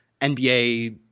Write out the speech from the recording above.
NBA